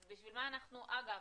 אז בשביל מה אגב,